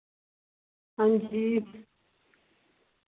हां जी